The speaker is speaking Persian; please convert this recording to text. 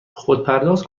خودپرداز